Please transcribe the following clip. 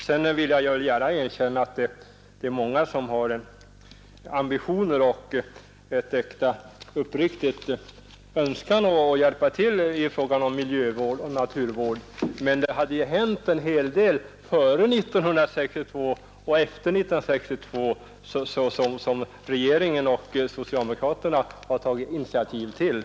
Jag vill gärna erkänna att det är många som har ambitioner och en äkta och uppriktig önskan att hjälpa till i fråga om miljövård och naturvård, men det hade hänt en hel del före 1962 och har hänt en hel del efter 1962 som regeringen och socialdemokraterna har tagit initiativ till.